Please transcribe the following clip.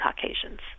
Caucasians